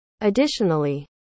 Additionally